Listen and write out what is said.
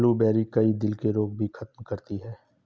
blueberry, कई दिल के रोग भी खत्म करती है